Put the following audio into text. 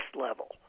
level